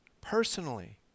personally